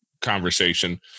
conversation